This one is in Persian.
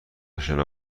شنا